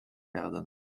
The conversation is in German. werden